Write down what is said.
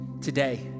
today